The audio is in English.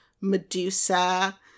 Medusa